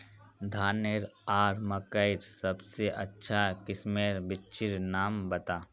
धानेर आर मकई सबसे अच्छा किस्मेर बिच्चिर नाम बता?